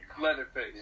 Leatherface